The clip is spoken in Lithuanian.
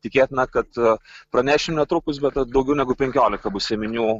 tikėtina kad pranešim netrukus bet daugiau negu penkiolika bus ėminių